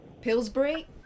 Pillsbury